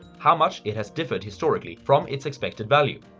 how much it has differed historically from its expected value.